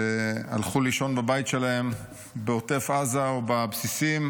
שהלכו לישון בבית שלהם בעוטף עזה או בבסיסים,